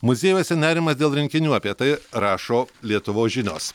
muziejuose nerimas dėl rinkinių apie tai rašo lietuvos žinios